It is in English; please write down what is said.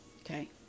Okay